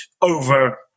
over